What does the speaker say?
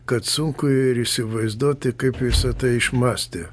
kad sunku ir įsivaizduoti kaip visa tai išmąstė